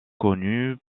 connue